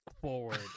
forward